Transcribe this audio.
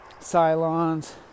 Cylons